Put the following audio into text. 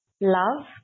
love